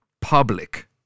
public